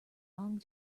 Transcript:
long